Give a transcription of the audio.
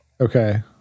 okay